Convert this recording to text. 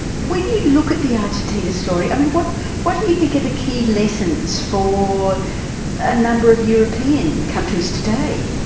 when you look at the argentina story and what what do you you think are the key lessons for a number of european countries today?